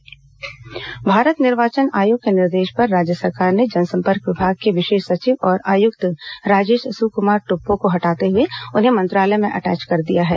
तबादला भारत निर्वाचन आयोग के निर्देश पर राज्य सरकार ने जनसंपर्क विभाग के विशेष सचिव और आयुक्त राजेश सुकमार टोप्पो को हटाते हुए उन्हें मंत्रालय में अटैच कर दिया है